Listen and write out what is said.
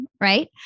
right